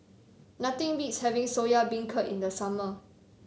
nothing beats having Soya Beancurd in the summer